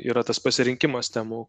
yra tas pasirinkimas temų